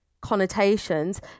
connotations